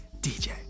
DJ